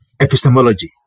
epistemology